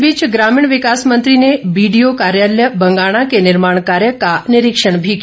इस बीच ग्रामीण विकास मंत्री ने बीडीओ कार्यालय बंगाणा के निर्माण कार्य का निरीक्षण भी किया